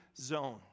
zone